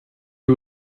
who